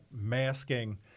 masking